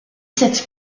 cette